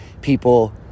people